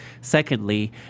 Secondly